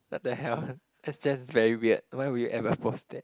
what the hell that's just very weird why would you ever post that